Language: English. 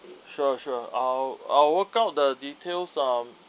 sure sure I'll I'll work out the details um